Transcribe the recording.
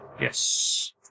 Yes